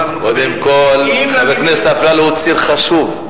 אם, קודם כול, חבר הכנסת אפללו הוא ציר חשוב.